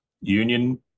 union